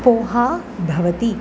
पोहा भवति